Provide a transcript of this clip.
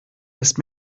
ist